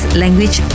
language